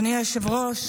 אדוני היושב-ראש,